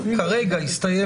כרגע מסתיים